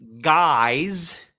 guys